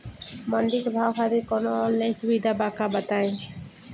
मंडी के भाव खातिर कवनो ऑनलाइन सुविधा बा का बताई?